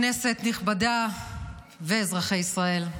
כנסת נכבדה ואזרחי ישראל,